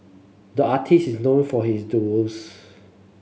the artist is known for his doodles